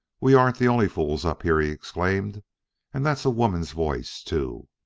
we aren't the only fools up here, he exclaimed and that's a woman's voice, too!